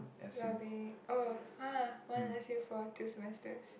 will be oh !huh! one S_U for two semesters